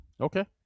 Okay